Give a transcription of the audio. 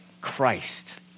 Christ